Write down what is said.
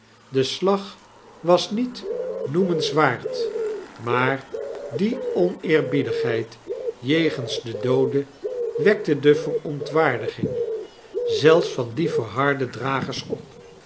de slag was nietnoemenswaard maar die oneerbiedigheid jegens den doode wekte de verontwaardiging zelfs van die verharde dragers op